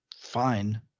fine